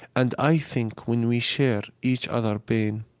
and i think when we share each other pain